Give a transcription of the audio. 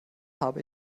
habe